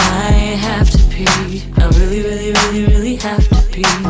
i have to pee, i really, really really really have to pee. i